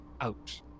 out